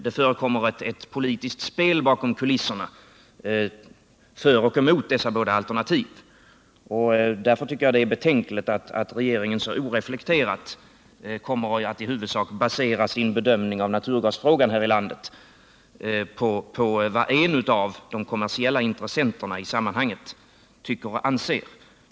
Det förekommer ett politiskt spel bakom kulisserna för och emot dessa alternativ, och därför tycker jag att det är betänkligt att regeringen så oreflekterat kommer att i huvudsak basera sin bedömning av naturgasfrågan här i landet på vad en av de kommersiella intressenterna i sammanhanget anser.